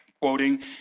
quoting